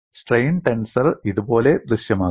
strain tensor ഇതുപോലെ ദൃശ്യമാകും